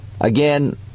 Again